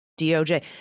DOJ